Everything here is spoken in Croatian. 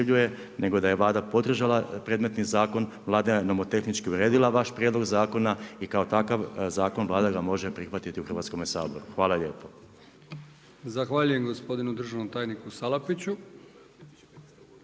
nego da je Vlada podržala predmetni zakon, Vlada je nomotehnički uredila vaš prijedlog zakona i kao takav Vlada ga može prihvatiti u Hrvatskome saboru. Hvala lijepo.